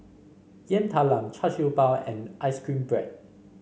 Yam Talam Char Siew Bao and ice cream bread